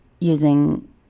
using